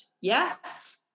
yes